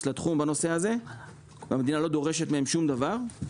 לתחום בנושא הזה והמדינה לא דורשת מהן שום דבר.